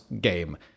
game